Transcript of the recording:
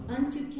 Unto